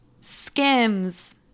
Skims